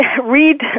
read